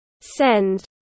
Send